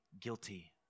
guilty